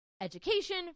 Education